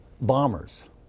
bombers